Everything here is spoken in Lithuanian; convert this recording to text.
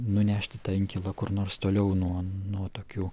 nunešti tą inkilą kur nors toliau nuo nuo tokių